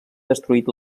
destruït